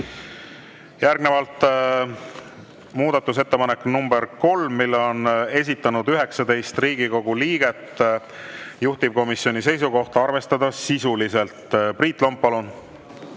Järgnevalt muudatusettepanek nr 3, mille on esitanud 19 Riigikogu liiget. Juhtivkomisjoni seisukoht: arvestada sisuliselt. Priit Lomp, palun!